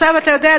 אתה יודע,